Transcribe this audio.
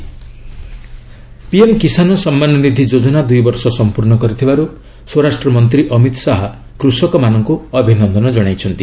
ଶାହା କିଷାନ ପିଏମ୍ କିଷାନ ସମ୍ମାନ ନିଧି ଯୋଜନା ଦୁଇବର୍ଷ ସମ୍ପର୍ଣ୍ଣ କରିଥିବାରୁ ସ୍ୱରାଷ୍ଟ୍ରମନ୍ତ୍ରୀ ଅମିତ ଶାହା କୂଷକମାନଙ୍କୁ ଅଭିନନ୍ଦନ ଜଣାଇଛନ୍ତି